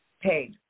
paid